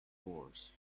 wars